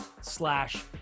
slash